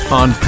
on